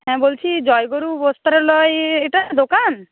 হ্যাঁ বলছি জয়গুরু বস্ত্রালয় এটা দোকান